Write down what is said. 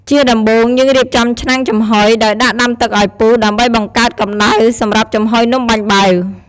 ជាដំបូង យើងរៀបចំឆ្នាំងចំហុយដោយដាក់ដាំទឹកឱ្យពុះ ដើម្បីបង្កើតកំដៅសម្រាប់ចំហុយនំបាញ់បែវ។